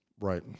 right